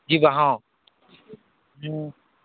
ଯିବା ହଁ ହୁଁ